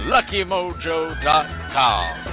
LuckyMojo.com